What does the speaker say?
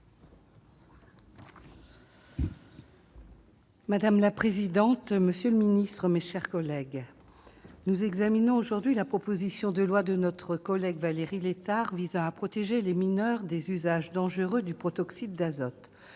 Madame la présidente, monsieur le secrétaire d'État, mes chers collègues, nous examinons aujourd'hui la proposition de loi de notre collègue Valérie Létard visant à protéger les mineurs des usages dangereux du protoxyde d'azote.